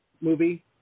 movie